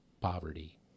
poverty